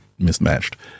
mismatched